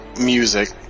music